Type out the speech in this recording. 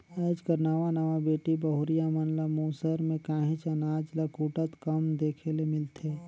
आएज कर नावा नावा बेटी बहुरिया मन ल मूसर में काहींच अनाज ल कूटत कम देखे ले मिलथे